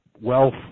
wealth